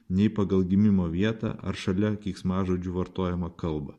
nei pagal gimimo vietą ar šalia keiksmažodžių vartojamą kalbą